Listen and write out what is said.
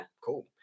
cool